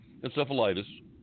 encephalitis